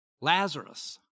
Lazarus